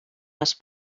les